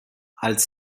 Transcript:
als